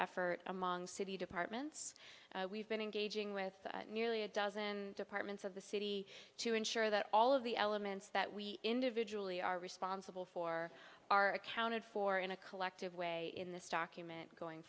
effort among city departments we've been engaging with nearly a dozen departments of the city to ensure that all of the elements that we individually are responsible for are accounted for in a collective way in this document going